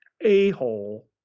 a-hole